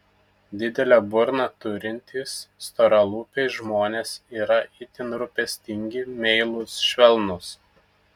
didelę burną turintys storalūpiai žmonės yra itin rūpestingi meilūs švelnūs